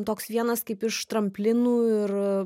toks vienas kaip iš tramplinų ir